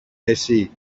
εσύ